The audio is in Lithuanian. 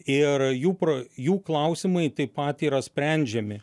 ir jų pro jų klausimai taip pat yra sprendžiami